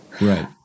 Right